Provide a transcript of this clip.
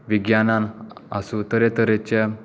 विज्ञानान आसूं तरेतरेच्या